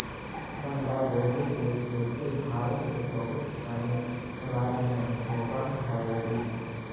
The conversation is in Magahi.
बंधगोभी के खेती भारत के बहुत सनी राज्य में होवऽ हइ